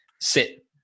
sit